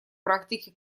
практике